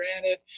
granted